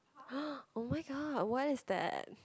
oh-my-god why is that